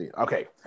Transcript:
okay